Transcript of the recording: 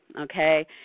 Okay